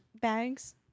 bags